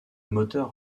moteur